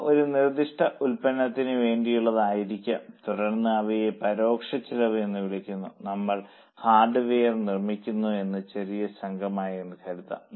അവ ഒരു നിർദ്ദിഷ്ട ഉൽപ്പന്നത്തിന് വേണ്ടിയുള്ളതല്ലായിരിക്കാം തുടർന്ന് അവയെ പരോക്ഷ ചെലവ് എന്ന് വിളിക്കുന്നു നമ്മൾ ഹാർഡ്വെയർ നിർമ്മിക്കുന്ന ഒരു ചെറിയ സംഘമാണെന്ന് കരുതാം